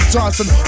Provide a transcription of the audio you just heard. Johnson